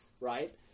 right